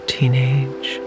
teenage